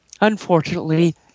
unfortunately